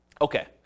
okay